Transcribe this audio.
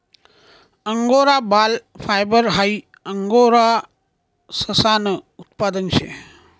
angora बाल fibre हाई angora ससानं उत्पादन शे